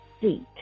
seat